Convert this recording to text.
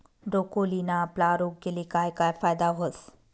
ब्रोकोलीना आपला आरोग्यले काय काय फायदा व्हस